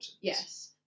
yes